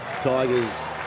Tigers